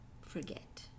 forget